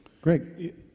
Greg